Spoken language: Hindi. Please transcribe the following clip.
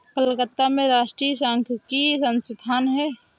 कलकत्ता में राष्ट्रीय सांख्यिकी संस्थान है